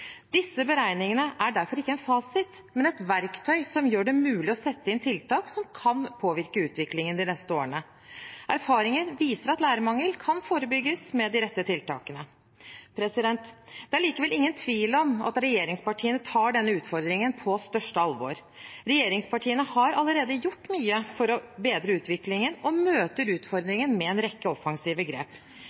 Disse beregningene er derfor ikke en fasit, men et verktøy som gjør det mulig å sette inn tiltak som kan påvirke utviklingen de neste årene. Erfaringen viser at lærermangel kan forebygges med de rette tiltakene. Det er likevel ingen tvil om at regjeringspartiene tar denne utfordringen på største alvor. Regjeringspartiene har allerede gjort mye for å bedre utviklingen og møter utfordringene med en rekke offensive grep.